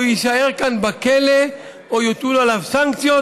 הוא יישאר כאן בכלא או יוטלו עליו סנקציות,